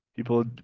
People